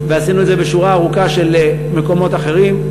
ועשינו את זה בשורה ארוכה של מקומות אחרים,